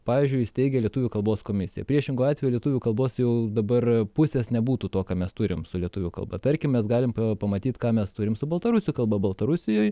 pavyzdžiui įsteigę lietuvių kalbos komisiją priešingu atveju lietuvių kalbos jau dabar pusės nebūtų to ką mes turim su lietuvių kalba tarkim mes galim pamatyt ką mes turim su baltarusių kalba baltarusijoj